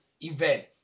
event